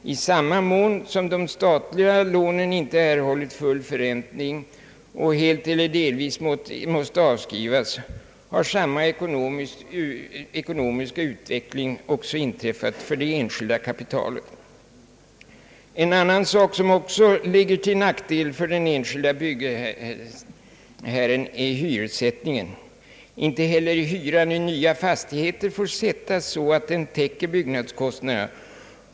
I samma mån som de statliga lånen inte erhållit full förräntning och helt eller delvis måste avskrivas har samma ekonomiska utveckling också inträffat för det enskilda kapitalet. En annan sak som också är till nackdel för den enskilde byggherren är hyressättningen. Inte heller hyran i nya fastigheter får sättas så att den täcker byggnadskostnaderna.